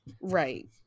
right